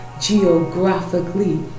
geographically